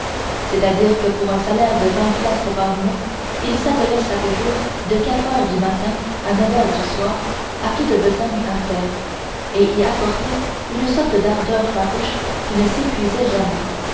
c'est-à-dire que pour un salaire de vingt piastres par mois il s'attelait chaque jour de quatre heures du matin à neuf heures du soir à toute besogne à faire et y apportait une sorte d'ardeur farouche qui ne s'épuisait jamais